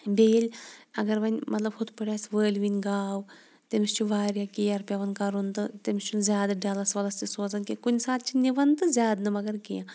بیٚیہِ ییٚلہِ اَگَر وۅنۍ مطلب یِتھٕ پٲٹھۍ آسہِ وٲلۍوٕنۍ گاو تٔمِس چھُ واریاہ کِیر پیٚوان کَرُن تہٕ تٔمِس چھُنہٕ زیادٕ ڈَلَس وَلَس سۭتۍ سوزان کیٚنٛہہ کُنہِ ساتہ چھِن نِوان تہٕ زیاد نہٕ مگر کیٚنٛہہ